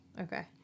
Okay